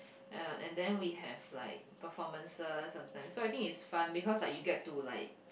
uh and then we have like performances sometimes so I think it's fun because like you get to like